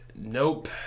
Nope